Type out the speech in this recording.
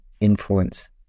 influence